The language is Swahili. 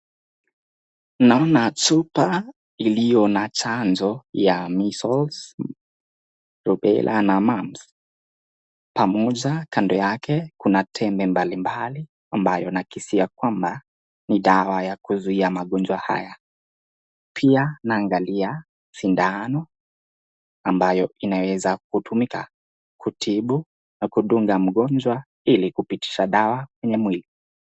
Naona chupa iliyo na chanjo ya Measles, Rubella na Mumps, pamoja kando yake kuna tembe mbalimbali ambayo nakisia kwamba ni dawa ya kuzuia magonjwa haya. Pia naangalia sindano ambayo inaweza kutuika kutibu na kudunga mgonjwa ili kupitisha dawa kwenye mwili.